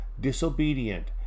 disobedient